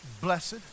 blessed